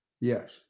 Yes